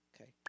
Okay